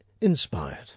Inspired